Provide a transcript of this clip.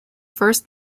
first